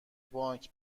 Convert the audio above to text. بانک